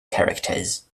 characters